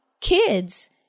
kids